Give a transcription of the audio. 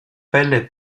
pelle